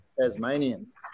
tasmanians